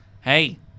Hey